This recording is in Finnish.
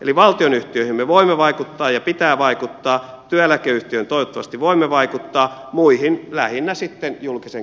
eli valtionyhtiöihin me voimme vaikuttaa ja pitää vaikuttaa työeläkeyhtiöön toivottavasti voimme vaikuttaa muihin lähinnä sitten julkisen